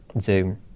Zoom